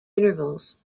intervals